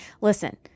Listen